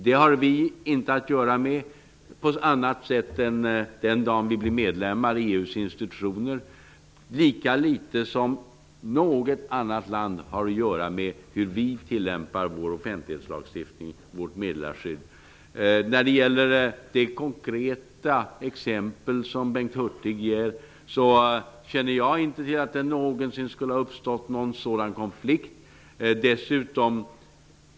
Det har vi inte att göra med på annat sätt än vad vi har den dag vi blir medlemmar i EU:s institutioner, lika litet som något annat land har att göra med hur vi tillämpar vår offentlighetslagstiftning, vårt meddelarskydd. När det gäller det konkreta exempel som Bengt Hurtig ger känner jag inte till att det någonsin skulle ha uppstått någon sådan konflikt.